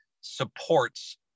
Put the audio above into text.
supports